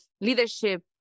leadership